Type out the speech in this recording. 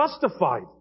justified